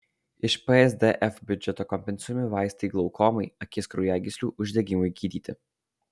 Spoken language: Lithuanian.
iš psdf biudžeto kompensuojami vaistai glaukomai akies kraujagyslių uždegimui gydyti